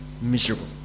miserable